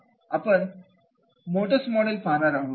आता आपण मोट्स मॉडेल पाहणार आहोत